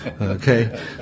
okay